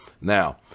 Now